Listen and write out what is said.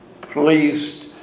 pleased